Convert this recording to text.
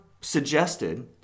suggested